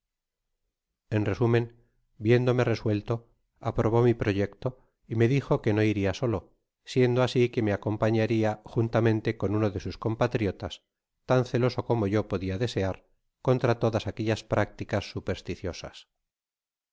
en resumen viendome resuelto aprobó mi proyecto y me dijo que noiria solo siendo asi que me acompañarte juntamente con uno dé sus compatriotas tan celoso coaro yo podia desear contra todas aquellas prácticas supersticiosas